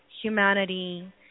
humanity